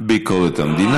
ביקורת המדינה.